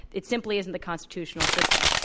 it simply isn't the constitutional system.